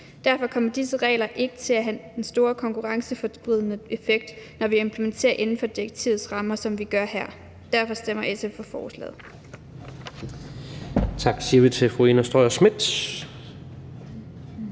Derfor kommer disse regler ikke til at have den store konkurrenceforvridende effekt, når vi implementerer inden for direktivets rammer, som vi gør her. Derfor stemmer SF for forslaget.